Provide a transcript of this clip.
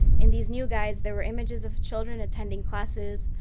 in these new guides, there were images of children attending classes,